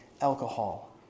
alcohol